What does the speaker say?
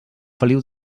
feliu